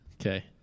Okay